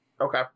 Okay